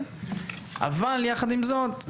אבל יחד עם זאת,